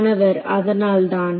மாணவர் அதனால் தான்